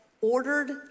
ordered